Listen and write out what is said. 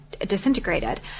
disintegrated